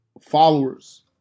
followers